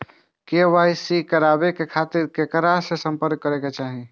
KYC कराबे के खातिर ककरा से संपर्क करबाक चाही?